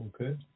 okay